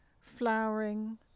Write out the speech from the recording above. flowering